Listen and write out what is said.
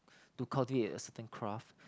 to cultivate a certain craft